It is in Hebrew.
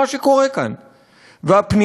אני חושב שצריך לעשות פה מהלך גדול.